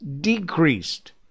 decreased